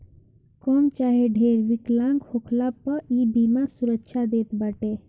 कम चाहे ढेर विकलांग होखला पअ इ बीमा सुरक्षा देत बाटे